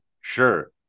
sure